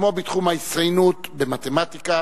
כמו בתחום ההצטיינות במתמטיקה,